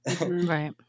Right